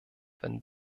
wenn